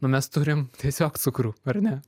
nu mes turim tiesiog cukrų ar ne